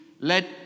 let